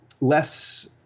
less